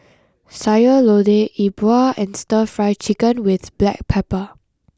Sayur Lodeh E Bua and Stir Fry Chicken with Black Pepper